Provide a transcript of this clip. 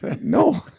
No